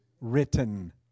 written